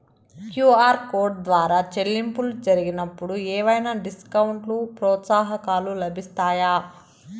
QR code ద్వారా చెల్లింపులు జరిగినప్పుడు ఏవైనా డిస్కౌంట్ లు, ప్రోత్సాహకాలు లభిస్తాయా?